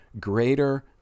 greater